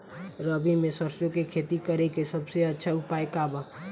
रबी में सरसो के खेती करे के सबसे अच्छा उपाय का बा?